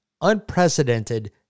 unprecedented